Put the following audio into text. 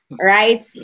right